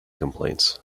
complaints